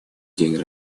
день